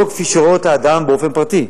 לא כפי שרואה אותן אדם באופן פרטי.